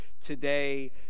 today